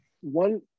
One